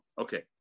okay